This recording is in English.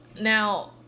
Now